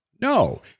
No